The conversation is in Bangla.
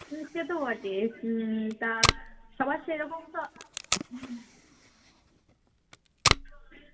হুঁ সে তো বটে হুম তা সবার সেরকম তো